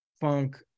funk